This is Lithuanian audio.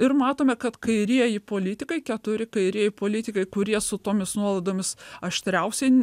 ir matome kad kairieji politikai keturi kairieji politikai kurie su tomis nuolaidomis aštriausiai